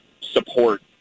support